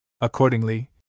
Accordingly